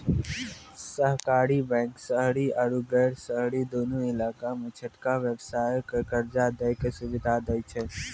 सहकारी बैंक शहरी आरु गैर शहरी दुनू इलाका मे छोटका व्यवसायो के कर्जा दै के सुविधा दै छै